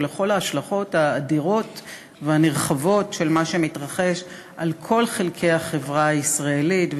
ולכל ההשלכות האדירות והנרחבות של מה שמתרחש בכל חלקי החברה הישראלית,